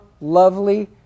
lovely